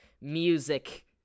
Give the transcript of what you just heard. music